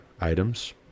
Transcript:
items